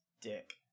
dick